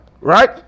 right